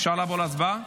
אפשר לעבור להצבעה?